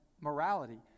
morality